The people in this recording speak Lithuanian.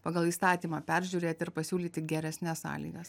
pagal įstatymą peržiūrėti ir pasiūlyti geresnes sąlygas